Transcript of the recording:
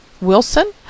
Wilson